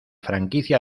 franquicia